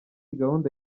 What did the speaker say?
gahunda